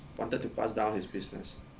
wanted to pass down his business